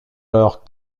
leur